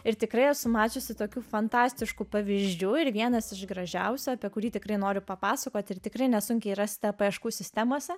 ir tikrai esu mačiusi tokių fantastiškų pavyzdžių ir vienas iš gražiausių apie kurį tikrai noriu papasakoti ir tikrai nesunkiai rasite paieškų sistemose